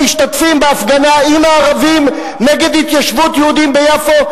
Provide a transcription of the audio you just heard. משתתפים בהפגנה עם הערבים נגד התיישבות יהודים ביפו.